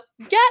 Get